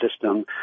system